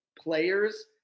players